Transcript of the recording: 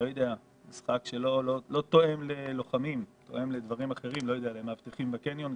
משחק שלא תואם ללוחמים וגם לא למאבטחים בקניון.